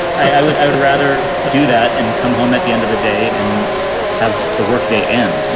i would i would rather do that and come home at the end of the day and have the workday end. you